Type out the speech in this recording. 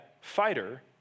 fighter